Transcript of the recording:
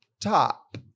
top